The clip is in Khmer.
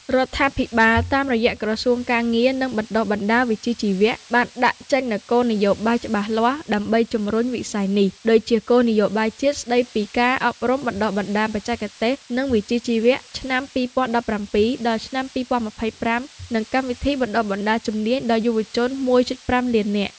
រដ្ឋាភិបាលតាមរយៈក្រសួងការងារ និងបណ្តុះបណ្តាលវិជ្ជាជីវៈ បានដាក់ចេញនូវគោលនយោបាយច្បាស់លាស់ដើម្បីជំរុញវិស័យនេះ ដូចជាគោលនយោបាយជាតិស្តីពី ការអប់រំបណ្តុះបណ្តាលបច្ចេកទេស និងវិជ្ជាជីវៈ ឆ្នាំ២០១៧-២០២៥ និងកម្មវិធីបណ្តុះបណ្តាលជំនាញដល់យុវជន ១.៥ លាននាក់។